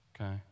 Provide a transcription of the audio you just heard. Okay